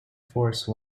force